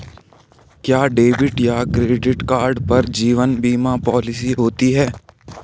क्या डेबिट या credit card पर जीवन बीमा पॉलिसी होती है?